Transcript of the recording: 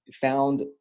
found